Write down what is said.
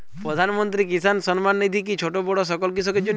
প্রধানমন্ত্রী কিষান সম্মান নিধি কি ছোটো বড়ো সকল কৃষকের জন্য?